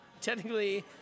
technically